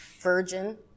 virgin